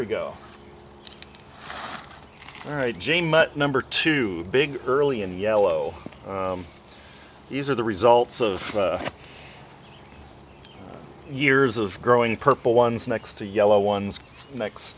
we go all right jane but number two big early and yellow these are the results of years of growing purple ones next to yellow ones next